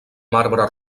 marbre